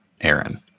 aaron